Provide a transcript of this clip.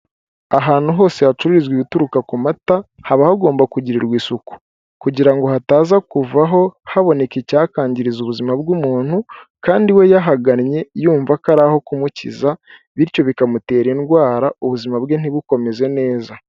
Ahantu hose hacururizwa ibituruka ku mata, haba hagomba kugirirwa isuku kugira ngo hataza kuvaho haboneka icyakangiriza ubuzima bw'umuntu kandi we yahagannye yumva ko ari aho kumukiza bityo bikamutera indwara ubuzima bwe ntibukomeze neza.